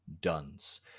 duns